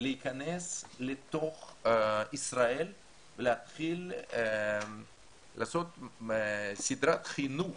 להיכנס לתוך ישראל ולהתחיל לעשות סדרת חינוך